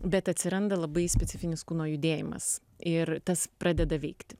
bet atsiranda labai specifinis kūno judėjimas ir tas pradeda veikti